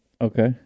Okay